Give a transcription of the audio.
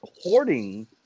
hoarding